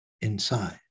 inside